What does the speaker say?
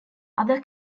other